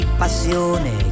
passione